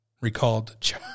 recalled